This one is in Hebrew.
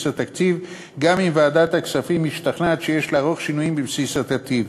התקציב גם אם ועדת הכספים משתכנעת שיש לערוך שינויים בבסיס התקציב,